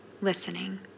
listening